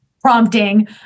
prompting